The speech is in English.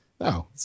No